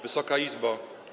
Wysoka Izbo!